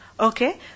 Okay